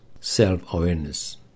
self-awareness